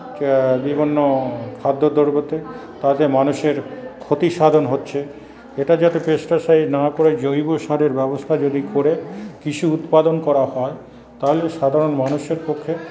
বিভিন্ন খাদ্যদ্রব্যতে তাতে মানুষের ক্ষতিসাধন হচ্ছে এটা যাতে পেস্টিসাইড না করে জৈব সারের ব্যবস্থা যদি করে কৃষি উৎপাদন করা হয় তাহলে সাধারণ মানুষের পক্ষে